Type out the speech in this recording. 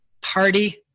party